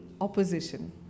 Opposition